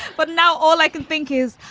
but now all i can think is,